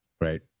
right